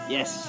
Yes